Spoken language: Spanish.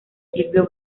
silvio